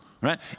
right